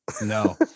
No